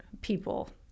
people